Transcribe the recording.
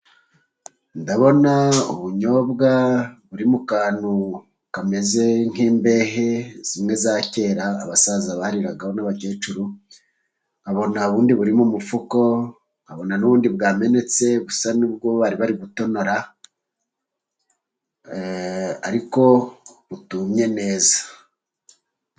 Ndabona ubunyobwa buri mu kantu kameze nk'imbehe zimwe za kera, abasaza bariragaho n'abakecuru, Nkabona ubundi buri mu mufuko, nkabona n'ubundi bwamenetse busa n'ubwo bari bari gutonora, ariko butumye neza.